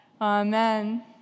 Amen